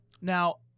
now